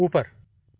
ऊपर